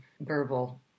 verbal